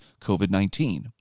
COVID-19